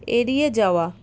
এড়িয়ে যাওয়া